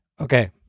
Okay